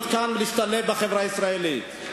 להיות כאן ולהשתלב בחברה הישראלית.